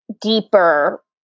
deeper